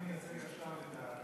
אני מייצג את הרשות המחוקקת